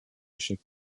échec